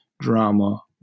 drama